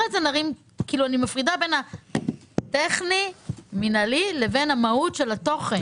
אני מפרידה בין הטכני-מינהלי לבין המהות של התוכן.